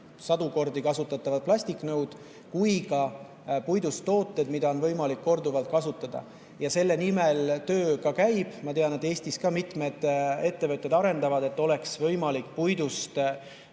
sadu kordi kasutatavad plastiknõud kui ka puidust tooted, mida on võimalik korduvalt kasutada. Selle nimel töö käib. Ma tean, et Eestis mitmed ettevõtted arendavad [tootmist], et saaks puidust valmistada